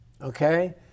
okay